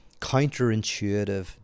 counterintuitive